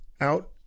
out